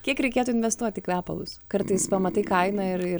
kiek reikėtų investuot į kvepalus kartais pamatai kainą ir ir